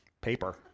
paper